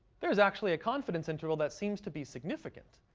there is actually a confidence interval that seems to be significant.